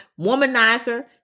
womanizer